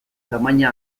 tamaina